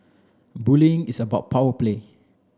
bullying is about power play